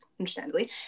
understandably